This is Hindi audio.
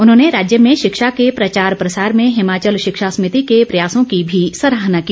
उन्होंने राज्य में शिक्षा के प्रचार प्रसार में हिमाचल शिक्षा समिति के प्रयासों की भी सराहना की